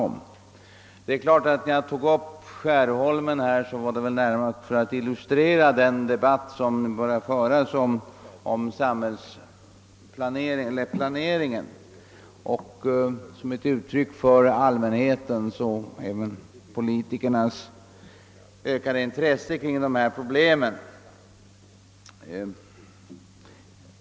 Jag tog upp frågan om Skärholmen närmast för att illustrera den debatt som börjat om planeringen och allmänhetens liksom även politikernas ökade intresse för de här problemen.